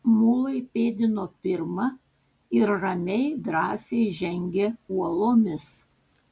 mulai pėdino pirma ir ramiai drąsiai žengė uolomis